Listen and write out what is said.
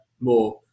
more